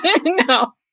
no